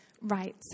right